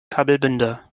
kabelbinder